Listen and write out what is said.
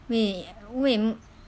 wei wei